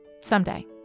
someday